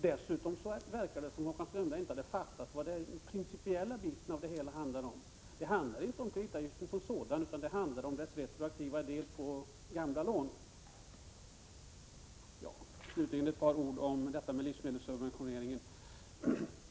Dessutom verkar det som om han inte har förstått vad det här principiellt handlar om. Det handlar inte om kreditavgiften som sådan utan om dess retroaktiva del vad gäller gamla lån. Slutligen ett par ord om livsmedelssubventioneringen.